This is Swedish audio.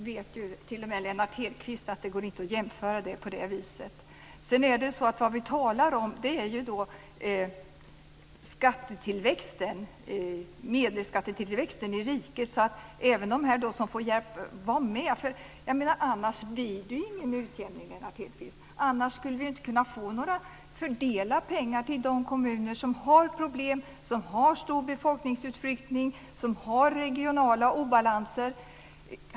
Fru talman! T.o.m. Lennart Hedquist vet att det inte går att jämföra på det viset. Vi talar om medelskattetillväxten i riket. Även de som får hjälp är ju med här. Annars blir det ju ingen utjämning, Lennart Hedquist! Annars skulle vi inte kunna fördela pengar till de kommuner som har problem, som har stor befolkningsutflyttning och som har regionala obalanser.